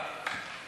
תודה.